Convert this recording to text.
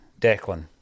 Declan